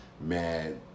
Mad